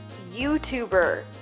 YouTuber